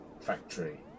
factory